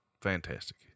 fantastic